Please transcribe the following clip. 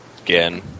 again